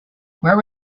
where